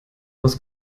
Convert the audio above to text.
aus